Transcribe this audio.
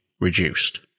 reduced